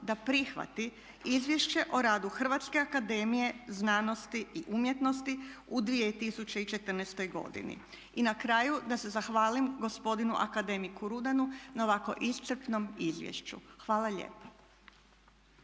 da prihvati Izvješće o radu Hrvatske akademije znanosti i umjetnosti u 2014. godini. I na kraju da se zahvalim gospodinu akademiku Rudanu na ovako iscrpnom izvješću. Hvala lijepa.